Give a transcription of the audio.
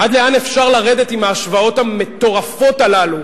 עד לאן אפשר לרדת עם ההשוואות המטורפות הללו,